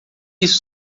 isso